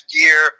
year